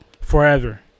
forever